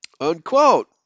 Unquote